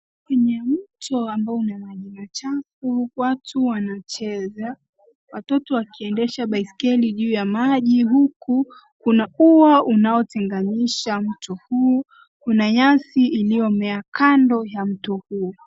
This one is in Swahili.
Kwenye mto ambao una maji machafu, watu wanacheza, watoto wakiendesha baiskeli juu ya maji huku kuna ua unao tenganisha mto huo. Kuna nyasi ilio mea kando ya mto huo.